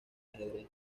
ajedrez